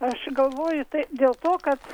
aš galvoju tai dėl to kad